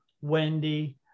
Wendy